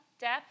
depth